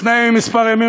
לפני כמה ימים,